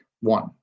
one